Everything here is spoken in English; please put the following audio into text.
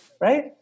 Right